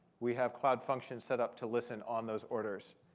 we have cloud functions set up to listen on those orders,